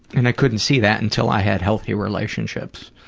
and i couldn't see that until i had healthy relationships.